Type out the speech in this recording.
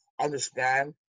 understand